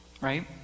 right